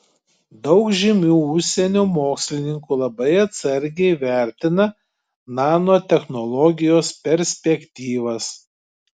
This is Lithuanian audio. daug žymių užsienio mokslininkų labai atsargiai vertina nanotechnologijos perspektyvas